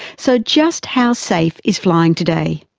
so just how safe is flying today?